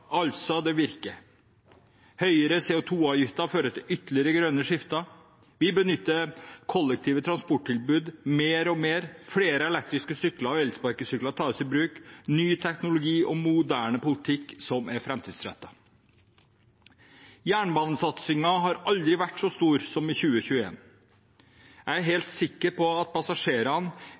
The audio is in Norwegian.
altså, det virker. Høyere CO 2 -avgifter fører til at det grønne skiftet styrkes ytterligere. Vi benytter kollektive transporttilbud mer og mer, flere elektriske sykler og elsparkesykler tas i bruk – og ny teknologi og moderne politikk som er framtidsrettet. Jernbanesatsingen har aldri vært så stor som i 2021. Jeg er helt sikker på at passasjerene